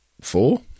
four